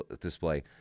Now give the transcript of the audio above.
display